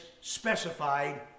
specified